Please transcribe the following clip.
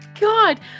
god